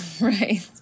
Right